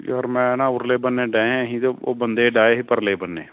ਯਾਰ ਮੈਂ ਨਾ ਉਰਲੇ ਬੰਨੇ ਡਹੇ ਹੀਂ ਅਤੇ ਉਹ ਬੰਦੇ ਡਾਏ ਸੀ ਪਰਲੇ ਬੰਨੇ